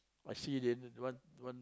I see then they want want